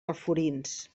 alforins